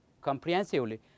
comprehensively